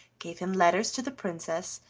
gave him letters to the princess,